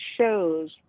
shows